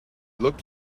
looked